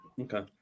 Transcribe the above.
Okay